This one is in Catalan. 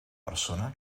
persona